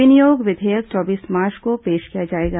विनियोग विधेयक चौबीस मार्च को पेश किया जाएगा